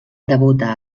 debuta